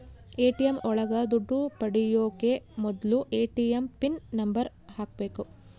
ATM ಒಳಗ ದುಡ್ಡು ಪಡಿಯೋಕೆ ಮೊದ್ಲು ಎ.ಟಿ.ಎಂ ಪಿನ್ ನಂಬರ್ ಹಾಕ್ಬೇಕು